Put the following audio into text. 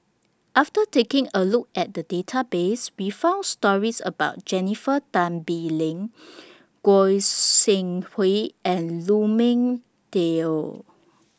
after taking A Look At The Database We found stories about Jennifer Tan Bee Leng Goi Seng Hui and Lu Ming Teh Earl